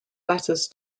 letters